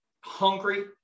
hungry